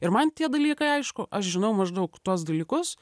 ir man tie dalykai aišku aš žinau maždaug tuos dalykus